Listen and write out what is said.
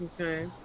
Okay